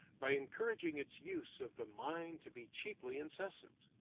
by encouraging its use of the mind to be cheaply incessant.